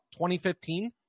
2015